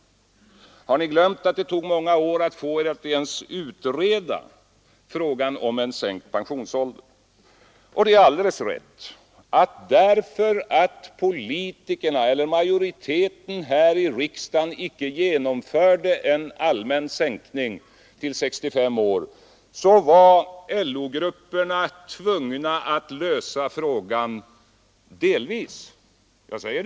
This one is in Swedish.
Har ni glömt att det tog många år att få er att ens utreda frågan om en sänkt pensionsålder? Det är alldeles riktigt att LO-grupperna på grund av att majoriteten här i riksdagen icke genomförde en allmän sänkning av pensionsåldern till 65 år var tvungna att delvis ordna det avtalsvägen.